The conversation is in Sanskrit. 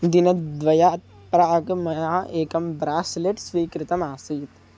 दिनद्वयात् प्राक् मया एकं ब्रास्लेट् स्वीकृतमासीत्